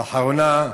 לאחרונה,